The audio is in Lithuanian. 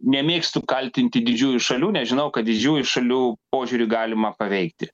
nemėgstu kaltinti didžiųjų šalių nes žinau kad didžiųjų šalių požiūrį galima paveikti